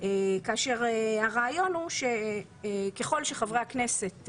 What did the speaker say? כאשר הרעיון הוא שככל שחברי הכנסת,